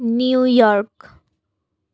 New York